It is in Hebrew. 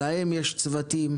להם יש צוותים.